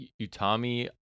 Utami